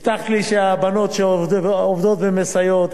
הבטחת לי שהבנות שעובדות ומסייעות,